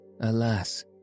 alas